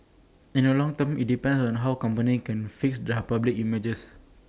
in the long term IT depends on how the company can fix their public image